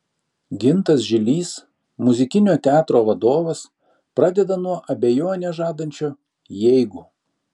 gintas žilys muzikinio teatro vadovas pradeda nuo abejonę žadančio jeigu